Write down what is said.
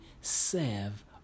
serve